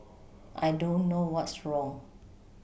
I don't know what's wrong